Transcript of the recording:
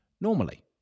normally